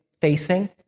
facing